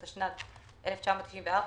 התשנ"ד-1994,